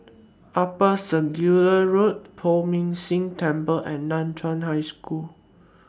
Upper Circular Road Poh Ming Tse Temple and NAN Chiau High School